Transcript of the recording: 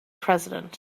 president